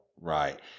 Right